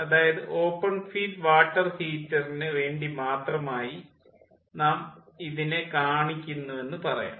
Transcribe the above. അതായത് open feed water ഹീറ്ററിന് വേണ്ടി മാത്രമായി നാം ഇതിനെ കാണിക്കുന്നുവെന്ന് പറയാം